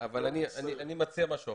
אבל אני מציע משהו אחר.